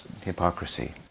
hypocrisy